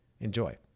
Enjoy